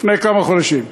לפני כמה חודשים.